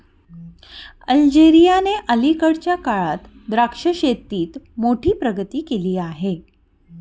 अल्जेरियाने अलीकडच्या काळात द्राक्ष शेतीत मोठी प्रगती केली आहे